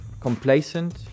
complacent